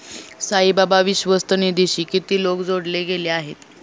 साईबाबा विश्वस्त निधीशी किती लोक जोडले गेले आहेत?